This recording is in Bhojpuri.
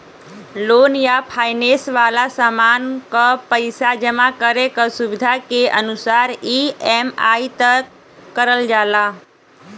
लोन या फाइनेंस वाला सामान क पइसा जमा करे क सुविधा के अनुसार ई.एम.आई तय करल जाला